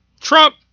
Trump